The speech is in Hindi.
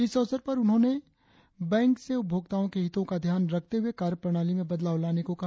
इस अवसर पर उन्होंने बैंक से उपभोक्ताओं के हितों का ध्यान रखते हुए कार्य प्रणाली में बदलाव लाने को कहा